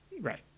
Right